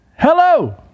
hello